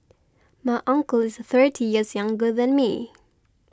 my uncle is thirty years younger than me